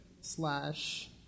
slash